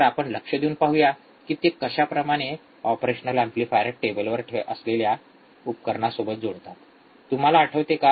तर आपण लक्ष देऊन पाहूया की ते कशाप्रमाणे ऑपरेशनल एंपलीफायर टेबलवर असलेल्या उपकरणांसोबत जोडतात तुम्हाला आठवते का